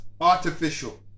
artificial